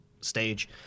stage